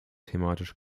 thematisch